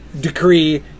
decree